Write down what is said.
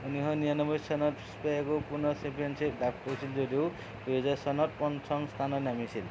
উনৈশ নিৰান্নব্বৈ চনত স্পেগো পুনৰ চেম্পিয়নশ্বিপ লাভ কৰিছিল যদিও দুহেজাৰ চনত পঞ্চম স্থানত নামিছিল